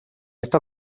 esta